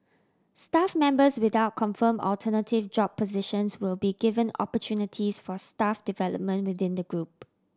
staff members without confirm alternative job positions will be given opportunities for staff development within the group